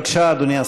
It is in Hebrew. בבקשה, אדוני השר.